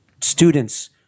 students